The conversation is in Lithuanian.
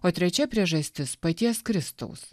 o trečia priežastis paties kristaus